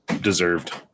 deserved